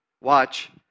Watch